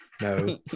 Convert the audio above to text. No